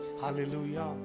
Hallelujah